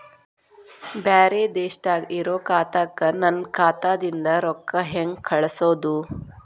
ಬ್ಯಾರೆ ದೇಶದಾಗ ಇರೋ ಖಾತಾಕ್ಕ ನನ್ನ ಖಾತಾದಿಂದ ರೊಕ್ಕ ಹೆಂಗ್ ಕಳಸೋದು?